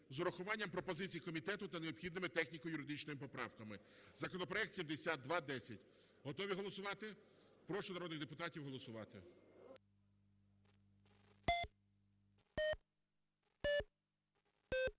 з урахуванням пропозицій комітету та необхідними техніко-юридичними поправками законопроект 7210. Готові голосувати? Прошу народних депутатів голосувати.